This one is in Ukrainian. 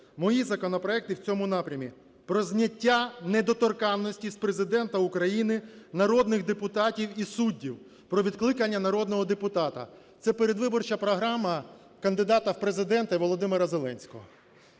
Мої законопроекти в цьому напрямі – про зняття недоторканності з Президента України, народних депутатів і суддів, про відкликання народного депутата. Це – передвиборча програма кандидата в Президенти Володимира Зеленського.